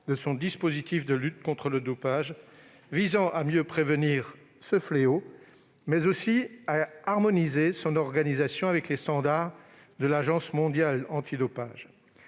de son dispositif de lutte contre le dopage visant à mieux prévenir ce fléau mais aussi à harmoniser son organisation avec les standards de l'Agence mondiale antidopage.